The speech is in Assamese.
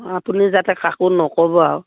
আপুনি যাতে কাকো নক'ব আৰু